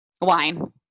Wine